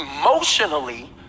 emotionally